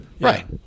Right